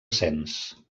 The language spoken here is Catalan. sens